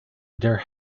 their